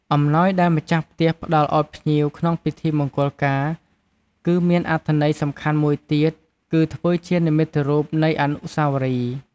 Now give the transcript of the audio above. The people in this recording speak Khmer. អំណោយដែលម្ចាស់ផ្ទះផ្តល់ឲ្យភ្ញៀវក្នុងពិធីមង្គលការ គឺមានអត្ថន័យសំខាន់មួយទៀត គឺធ្វើជានិមិត្តរូបនៃអនុស្សាវរីយ៍។